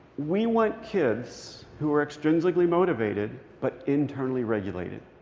we want kids who are extrinsically motivated but internally regulated.